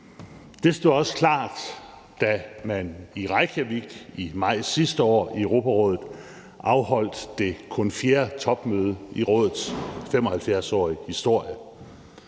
Det stod også klart, da man i Reykjavik i maj sidste år i Europarådet afholdt det kun fjerde topmøde i rådets 75-årige historie,